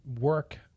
work